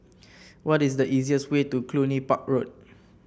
what is the easiest way to Cluny Park Road